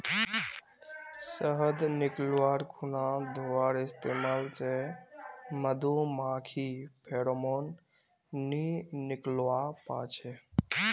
शहद निकाल्वार खुना धुंआर इस्तेमाल से मधुमाखी फेरोमोन नि निक्लुआ पाछे